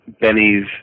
Benny's